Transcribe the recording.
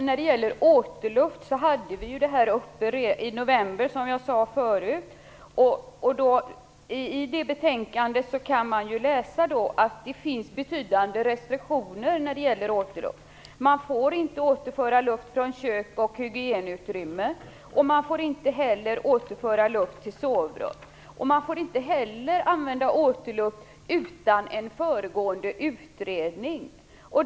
Herr talman! Vi hade detta med återluften uppe i november, som jag sade förut. I det betänkandet kan man läsa att det finns betydande restriktioner när det gäller återluft. Man får inte återföra luft från kök och hygienutrymmen. Man får inte heller återföra luft till sovrum. Man får inte heller använda återluft utan en föregående utredning.